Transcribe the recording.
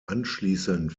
anschließend